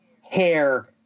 hair